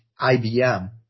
IBM